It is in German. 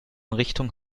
richtung